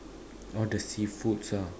all the seafood ah